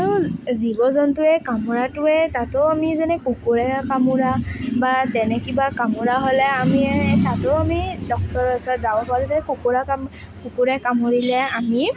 আৰু জীৱ জন্তুৱে কামুৰাটোৱে তাতো আমি যেনে কুকুৰেহে কামোৰা বা তেনে কিবা কামোৰা হ'লে আমি তাতো আমি ডক্তৰৰ ওচৰত যাব পাৰোঁ যে কুকুৰে কামুৰিলে আমি